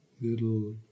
little